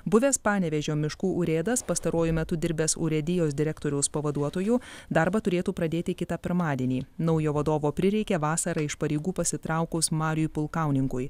buvęs panevėžio miškų urėdas pastaruoju metu dirbęs urėdijos direktoriaus pavaduotoju darbą turėtų pradėti kitą pirmadienį naujo vadovo prireikė vasarą iš pareigų pasitraukus mariui pulkauninkui